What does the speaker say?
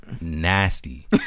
Nasty